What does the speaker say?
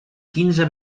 quinze